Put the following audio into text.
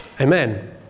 Amen